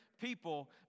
people